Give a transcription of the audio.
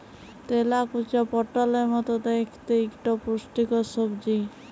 তেলাকুচা পটলের মত দ্যাইখতে ইকট পুষ্টিকর সবজি